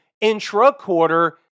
intra-quarter